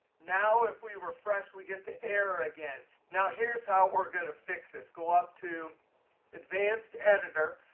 now if we refresh, we get the error again. now here's how we're going to fix this. go up to advanced editor.